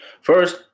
First